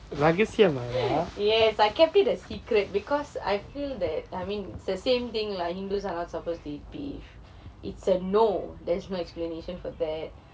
yes I kept it a secret because I feel that I mean the same thing lah hindus are not supposed eat beef it's a no there's no explanation for that